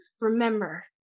remember